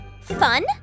fun